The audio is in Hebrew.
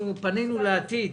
פנינו לעתיד.